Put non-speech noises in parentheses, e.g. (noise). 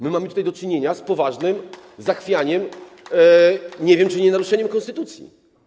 My mamy tutaj do czynienia z poważnym zachwianiem porządku, (applause) nie wiem, czy nie z naruszeniem konstytucji.